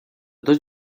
dość